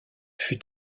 fut